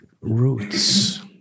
roots